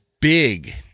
big